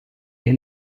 est